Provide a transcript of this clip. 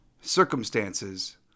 circumstances